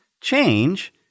change